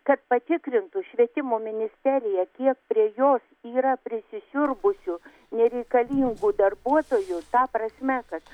kad patikrintų švietimo ministerija kiek prie jos yra prisisiurbusių nereikalingų darbuotojų ta prasme kad